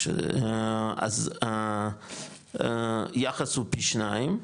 אז היחס הוא פי שניים,